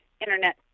Internet